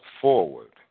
forward